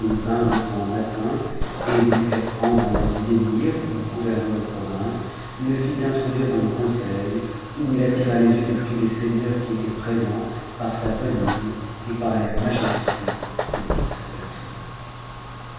bain de grand matin et de lui faire prcndru habit d'émir ou gouverneur de province le fit introduire dans le cou seil où il attira les yeux de tous les seigneurs qui étaient présents n sa bonne mine et par l'air majestueux de toute sa personne